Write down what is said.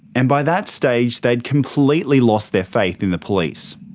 and by that stage they'd completely lost their faith in the police.